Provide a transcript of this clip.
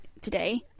today